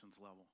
level